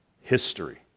history